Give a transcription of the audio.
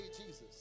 Jesus